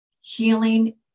healing